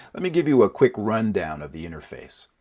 let me give you a quick rundown of the interface.